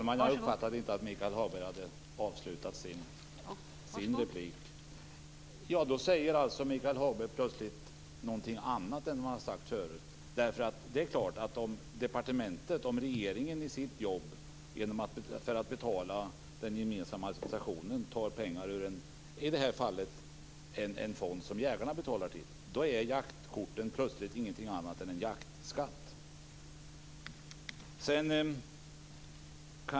Fru talman! Michael Hagberg säger nu plötsligt någonting annat än vad han har sagt tidigare. Om regeringen för att betala den gemensamma administrationen tar ut pengar ur i det här fallet en fond som jägarna betalar till, är jaktkorten med ens inget annat än en jaktskatt.